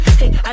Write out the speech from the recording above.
hey